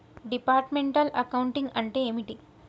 Departmental accounting అంటే ఏమిటి?